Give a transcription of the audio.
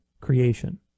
creation